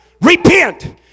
Repent